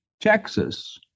Texas